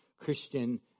Christian